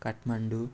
Kathmandu